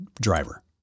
driver